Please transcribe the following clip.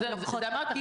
לכן אמרתי,